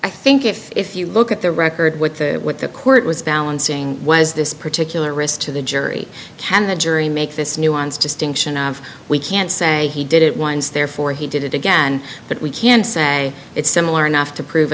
i think if if you look at the record with what the court was balancing was this particular risk to the jury can the jury make this nuanced distinction of we can say he did it once therefore he did it again but we can say it's similar enough to prove